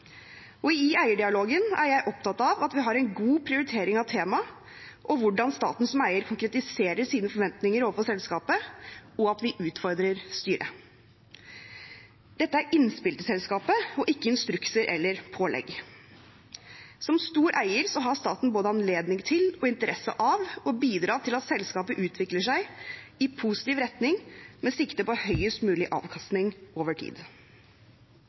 I eierdialogen er jeg opptatt av at vi har en god prioritering av tema og hvordan staten som eier konkretiserer sine forventninger overfor selskapet, og at vi utfordrer styret. Dette er innspill til selskapet og ikke instrukser eller pålegg. Som stor eier har staten både anledning til og interesse av å bidra til at selskapet utvikler seg i positiv retning med sikte på høyest mulig avkastning over tid.